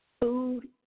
Food